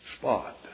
spot